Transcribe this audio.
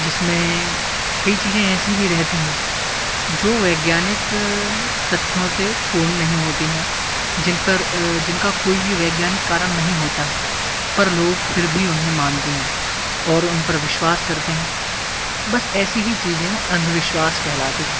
जिसमें कई चीज़ें ऐसी भी रहती हैं जो वैज्ञानिक तथ्यों से पूर्ण नहीं होती हैं जिन पर जिनका कोई भी वैज्ञानिक कारण नहीं होता है पर लोग फिर भी उन्हें मानते हैं और उन पर विश्वास करते हैं बस ऐसी ही चीज़ें हैं अंधविश्वास कहलाती हैं